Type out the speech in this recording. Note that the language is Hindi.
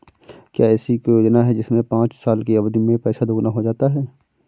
क्या ऐसी कोई योजना है जिसमें पाँच साल की अवधि में पैसा दोगुना हो जाता है?